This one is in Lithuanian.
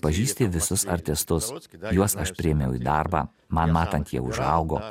pažįsti visus artistus juos aš priėmiau į darbą man matant jie užaugo